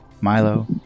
Milo